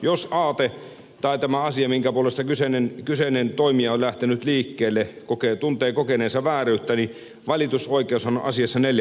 jos aate tai tämä asia minkä puolesta kyseinen toimija on lähtenyt liikkeelle tuntee kokeneensa vääryyttä niin valitusoikeushan on asiassa neljän vuoden päästä